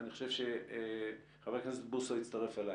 אני חושב שחבר הכנסת בוסו יצטרף אליי.